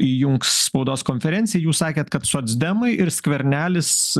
įjungs spaudos konferenciją jūs sakėt kad socdemai ir skvernelis